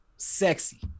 Sexy